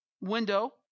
window